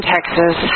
Texas